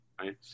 right